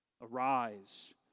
Arise